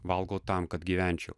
valgau tam kad gyvenčiau